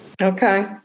Okay